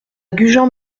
gujan